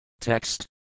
Text